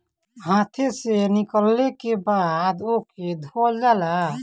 हाथे से निकलले के बाद ओके धोवल जाला